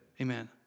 Amen